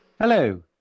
Hello